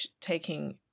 taking